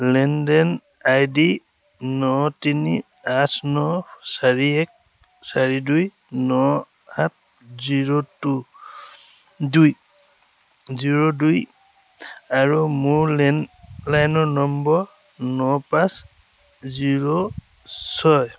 লেনদেন আইডি ন তিনি আঠ ন চাৰি এক চাৰি দুই ন সাত জিৰ' টু দুই জিৰ' দুই আৰু মোৰ লেণ্ডলাইনৰ নম্বৰ ন পাঁচ জিৰ' ছয়